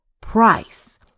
price